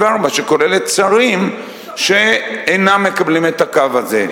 שכוללת שרים שאינם מקבלים את הקו הזה.